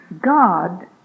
God